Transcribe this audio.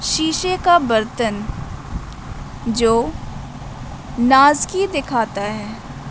شیشے کا برتن جو نازکی دکھاتا ہے